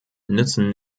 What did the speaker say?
nützen